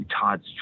Todd's